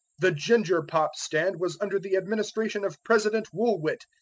the ginger pop stand was under the administration of president woolwit,